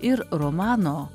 ir romano